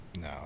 No